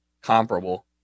comparable